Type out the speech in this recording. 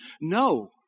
No